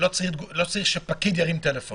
לא צריך שפקיד ירים טלפון.